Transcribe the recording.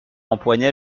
empoigna